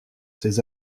ses